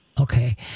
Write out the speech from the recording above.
Okay